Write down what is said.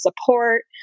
support